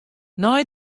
nei